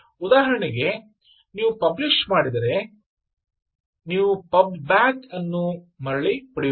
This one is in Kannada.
ಉದಾಹರಣೆಗೆ ನೀವು ಪಬ್ಲಿಷ ಮಾಡಿದರೆ ನೀವು ಪಬ್ ಬ್ಯಾಕ್ ಅನ್ನು ಮರಳಿ ಪಡೆಯುತ್ತೀರಿ